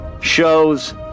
shows